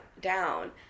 down